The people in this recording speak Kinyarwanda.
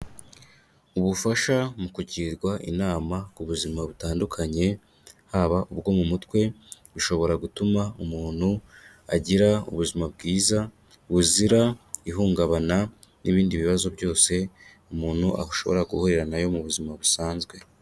Ubufasha mu kugirwa inama ku buzima butandukanye, haba ubwo mu mutwe, bushobora gutuma umuntu agira ubuzima bwiza buzira ihungabana n'ibindi bibazo byose umuntu ashobora guhurira na yo mu buzima busanzwe.